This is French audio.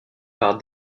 par